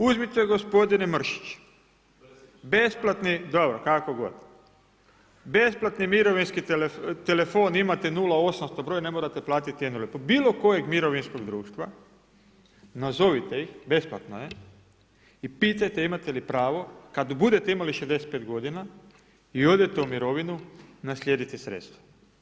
Uzmite gospodine Mršić, … [[Upadica sa strane, ne razumijese.]] dobro kako god, besplatni mirovinski telefon, imate 0800 broj ne morate platiti, bilo kojeg mirovinskog društva, nazovite ih, besplatno je i pitajte imate li pravo kad budete imali 65 godina i odete u mirovinu naslijediti sredstva.